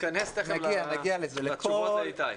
תתכנס לתשובות לאיתי.